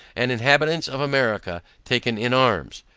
and inhabitants of america taken in arms.